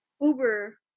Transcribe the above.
Uber